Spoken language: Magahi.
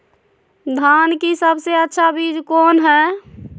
धान की सबसे अच्छा बीज कौन है?